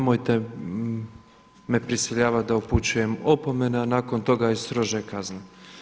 Nemojte me prisiljavati da upućujem opomene, a nakon toga i strože kazne.